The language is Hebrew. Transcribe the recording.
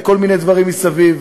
לכל מיני דברים מסביב.